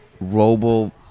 robo